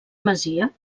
masia